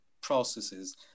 processes